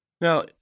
Now